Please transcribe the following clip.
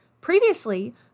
Previously